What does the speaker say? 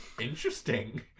interesting